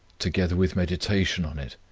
together with meditation on it,